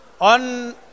on